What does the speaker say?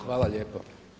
Hvala lijepo.